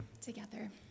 together